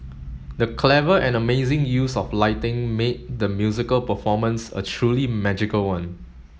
the clever and amazing use of lighting made the musical performance a truly magical one